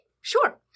Sure